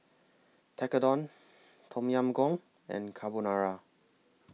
Tekkadon Tom Yam Goong and Carbonara